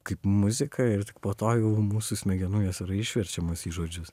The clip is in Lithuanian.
kaip muzika ir tik po to jau mūsų smegenų jos išverčiamos į žodžius